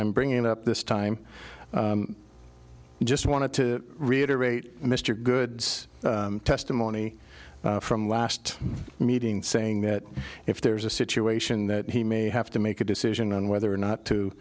i'm bringing up this time just wanted to reiterate mr good's testimony from last meeting saying that if there's a situation that he may have to make a decision on whether or not to